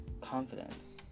confidence